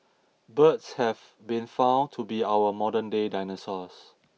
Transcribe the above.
birds have been found to be our modernday dinosaurs